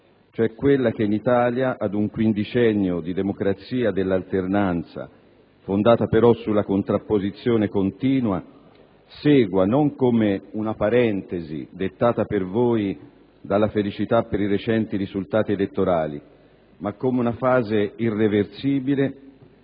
cioè che in Italia ad un quindicennio di democrazia dell'alternanza, fondata però sulla contrapposizione continua, segua non come una parentesi dettata per voi dalla felicità per i recenti risultati elettorali, ma come una fase irreversibile